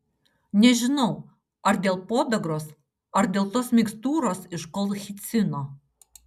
nežinau ar dėl podagros ar dėl tos mikstūros iš kolchicino